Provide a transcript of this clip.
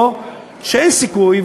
או שאין סיכוי,